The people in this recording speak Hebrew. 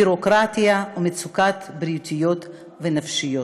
ביורוקרטיה ומצוקות בריאותיות ונפשיות.